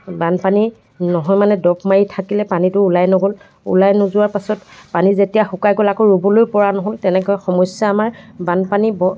বানপানী নহয় মানে দৰৱ মাৰি থাকিলে পানীটো ওলাই নগ'ল ওলাই নোযোৱা পাছত পানী যেতিয়া শুকাই গ'ল আকৌ ৰুবলৈ পৰা নহ'ল তেনেকৈ সমস্যা আমাৰ বানপানী